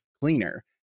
cleaner